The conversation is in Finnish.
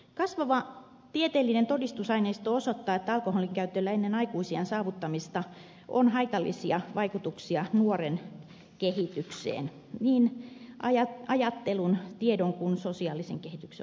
kasvava tieteellinen todistusaineisto osoittaa että alkoholinkäytöllä ennen aikuisiän saavuttamista on haitallisia vaikutuksia nuoren kehitykseen niin ajattelun tiedon kuin sosiaalisen kehityksen osalta